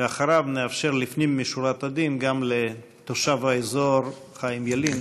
אחריו נאפשר לפנים משורת הדין גם לתושב האזור חיים ילין